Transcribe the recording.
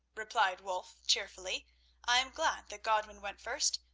replied wulf cheerfully i am glad that godwin went first,